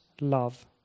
love